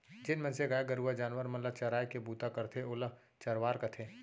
जेन मनसे गाय गरू जानवर मन ल चराय के बूता करथे ओला चरवार कथें